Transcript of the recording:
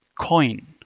coin